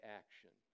action